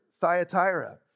Thyatira